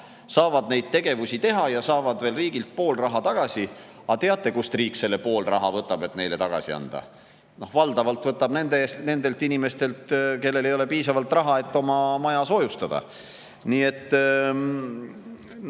saavad neid tegevusi teha ja saavad veel riigilt pool raha tagasi. Aga teate, kust riik selle pool raha võtab, et neile tagasi anda? Valdavalt võtab nendelt inimestelt, kellel ei ole piisavalt raha, et oma maja soojustada. Jälle,